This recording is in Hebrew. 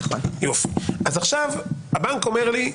אז עכשיו הבנק אומר לי,